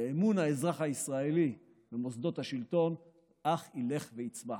ואמון האזרח הישראלי במוסדות השלטון אך ילך ויצמח.